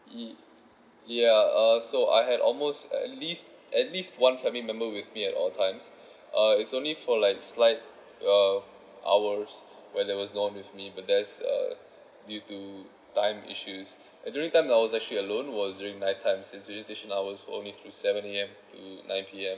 ya yeah uh so I had almost at least at least one family member with me at all times uh it's only for like slide uh hours when there was no one with me but there's uh due to time issues and the only time I was actually alone was during night time since visitation hours only through seven A_M to nine P_M